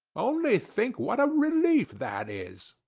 only think what a relief that is!